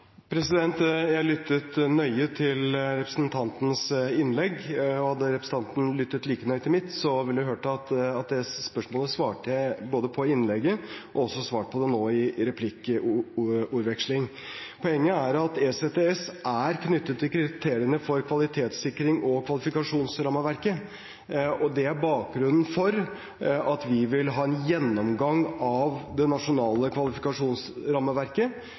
Jeg lyttet nøye til representantens innlegg, og hadde representanten lyttet like nøye til mitt, ville hun hørt at det spørsmålet svarte jeg på i innlegget, og jeg har også svart på det nå i replikkordvekslingen. Poenget er at ECTS er knyttet til kriteriene for kvalitetssikring og kvalifikasjonsrammeverket, og det er bakgrunnen for at vi vil ha en gjennomgang av det nasjonale kvalifikasjonsrammeverket.